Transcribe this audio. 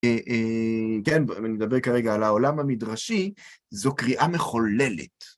כן, ונדבר כרגע על העולם המדרשי, זו קריאה מחוללת.